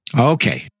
okay